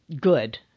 good